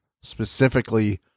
specifically